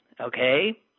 Okay